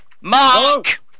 Mark